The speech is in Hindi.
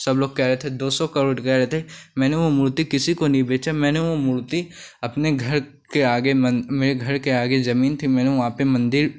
सब लोग कह रहे थे दो सौ करोड़ कह रहे थे मैंने वह मूर्ति किसी को नहीं बेचा मैंने वह मूर्ति अपने घर के आगे मन मेरे घर के आगे ज़मीन थी मैंने वहाँ पर मन्दिर